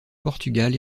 portugal